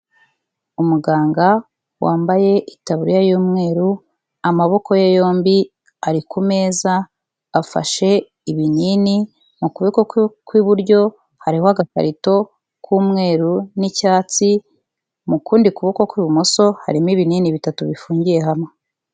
Umuganga wambaye itaburiya y'umweru, amaboko ye yombi ari ku meza, afashe ibinini, mu kuboko kwe kw'iburyo hariho agakarito k'umweru n'icyatsi, mu kundi kuboko kw'ibumoso harimo ibinini bitatu bifungiye hamwe.